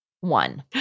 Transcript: one